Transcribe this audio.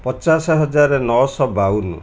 ପଚାଶ ହଜାର ନଅଶହ ବାବନ